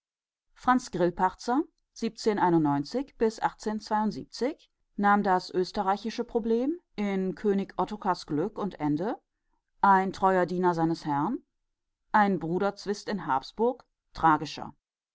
franz nahm das österreichische problem in könig ottokars glück und ende ein treuer diener seines herrn ein bruderzwist in habsburg tragischer